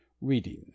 reading